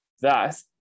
Thus